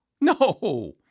no